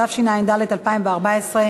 התשע"ד 2014,